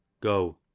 go